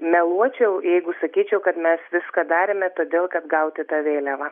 meluočiau jeigu sakyčiau kad mes viską darėme todėl kad gauti tą vėliavą